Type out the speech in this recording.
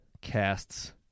casts